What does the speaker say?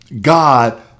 God